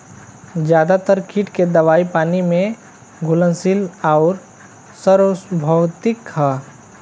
ज्यादातर कीट के दवाई पानी में घुलनशील आउर सार्वभौमिक ह?